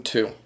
Two